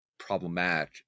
problematic